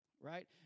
Right